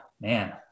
Man